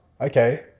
Okay